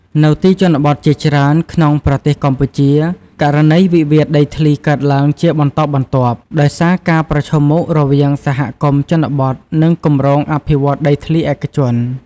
នៅទីជនបទជាច្រើនក្នុងប្រទេសកម្ពុជា ករណីវិវាទដីធ្លីកើតឡើងជាបន្តបន្ទាប់ ដោយសារការប្រឈមមុខរវាងសហគមន៍ជនបទនិងគម្រោងអភិវឌ្ឍដីធ្លីឯកជន។